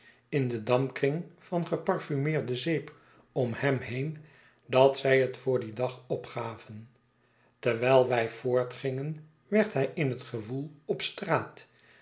in den dampkring van geparfumeerde zeep om hem heen dat zij het voor dien dag opgaven terwijl wij voortgingen werd hij in het gewoel op straat